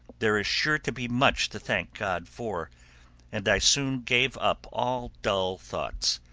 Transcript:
there is sure to be much to thank god for and i soon gave up all dull thoughts,